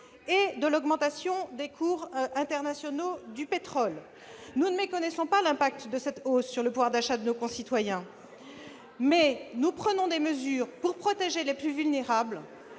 et de l'augmentation des cours internationaux du pétrole. Nous ne méconnaissons pas l'impact de cette hausse sur le pouvoir d'achat de nos concitoyens, mais nous prenons des mesures pour protéger les plus vulnérables